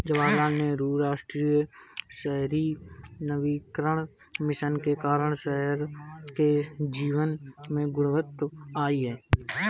जवाहरलाल नेहरू राष्ट्रीय शहरी नवीकरण मिशन के कारण शहर के जीवन में गुणवत्ता आई